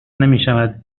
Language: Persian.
نمیشود